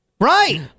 Right